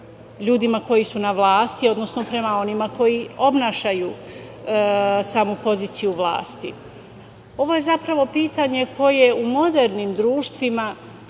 ljudima koji su na vlasti, odnosno prema onima koji oponašaju samu poziciju vlasti. Ovo je zapravo pitanje koje u modernim društvima